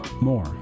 more